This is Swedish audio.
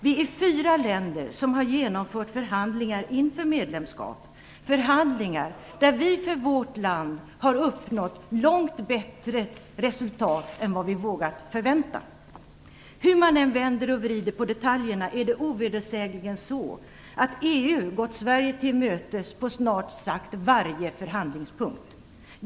Vi är fyra länder som har genomfört förhandlingar inför medlemskap - förhandlingar där vi för vårt land har uppnått långt bättre resultat än vad vi vågat förvänta. Hur man än vänder och vrider på detaljerna är det ovedersägligen så att EU har gått Sverige till mötes på snart sagt varje förhandlingspunkt.